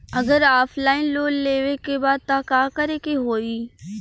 अगर offline loan लेवे के बा त का करे के होयी?